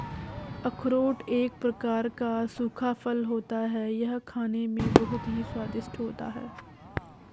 अखरोट एक प्रकार का सूखा फल होता है यह खाने में बहुत ही स्वादिष्ट होता है